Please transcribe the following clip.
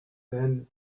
then